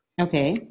okay